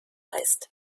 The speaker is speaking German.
heißt